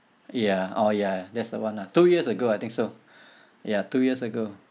ya oh ya that's the one ah two years ago I think so ya two years ago